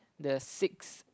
the sixth